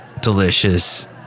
delicious